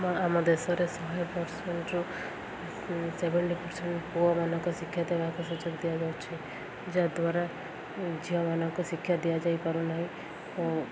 ଆମ ଦେଶରେ ଶହେ ବର୍ଷରୁ ସେଭେଣ୍ଟି ପରସେଣ୍ଟ ପୁଅମାନଙ୍କ ଶିକ୍ଷା ଦେବାକୁ ସୁଯୋଗ ଦିଆଯାଉଛି ଯାହାଦ୍ୱାରା ଝିଅମାନଙ୍କୁ ଶିକ୍ଷା ଦିଆଯାଇପାରୁନାହିଁ ଓ